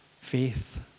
faith